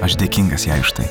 aš dėkingas jai už tai